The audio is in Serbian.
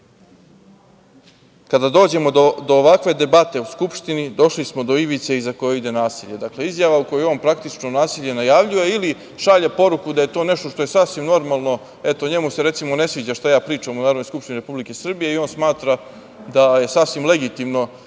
Kada dođemo do ovakve debate u Skupštini, došli smo do ivice iza koje ide nasilje. Dakle, izjava koju on, praktično nasilje najavljuje, ili šalje poruku da je to nešto što je sasvim normalno, eto njemu se, recimo ne sviđa šta ja pričam, u Narodnoj skupštini Republike Srbije i on smatra da je sasvim legitimno